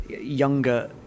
younger